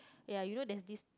ya you know there is this